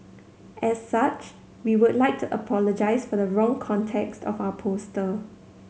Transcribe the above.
as such we would like to apologise for the wrong context of our poster